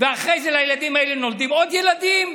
ואחרי זה לילדים האלה נולדים עוד ילדים.